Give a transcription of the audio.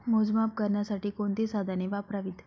मोजमाप करण्यासाठी कोणती साधने वापरावीत?